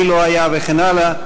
מי לא היה וכן הלאה,